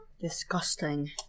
Disgusting